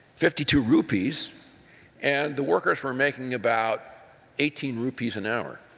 fifty two rupees and the workers were making about eighteen rupees an hour.